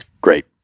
Great